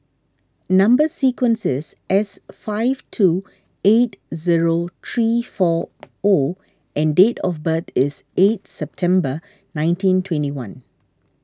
Number Sequence is S five two eight zero three four O and date of birth is eight September nineteen twenty one